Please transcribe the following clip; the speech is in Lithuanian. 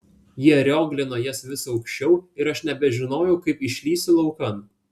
jie rioglino jas vis aukščiau ir aš nebežinojau kaip išlįsiu laukan